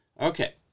Okay